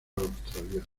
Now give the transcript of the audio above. australiano